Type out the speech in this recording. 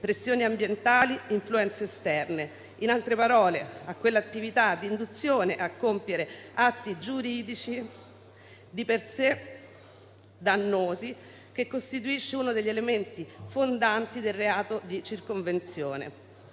pressioni ambientali e influenze esterne; in altre parole, a quell'attività di induzione a compiere atti giuridici di per sé dannosi, che costituisce uno degli elementi fondanti del reato di circonvenzione.